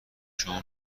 شما